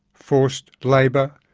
forced labour,